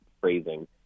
phrasing